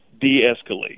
de-escalate